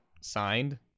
signed